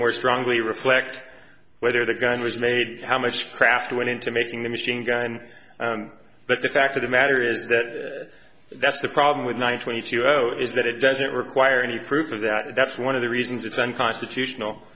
more strongly reflect whether the gun was made how much craft went into making the machine gun but the fact of the matter is that that's the problem with one twenty two zero is that it doesn't require any proof of that and that's one of the reasons it's unconstitutional